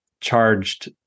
charged